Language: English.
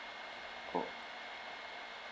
oh